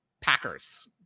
Packers